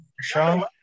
Sean